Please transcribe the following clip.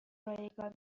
رایگان